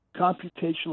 computational